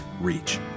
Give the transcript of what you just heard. reach